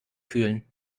fühlen